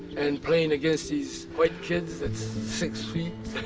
and playing against these white kids that's six feet.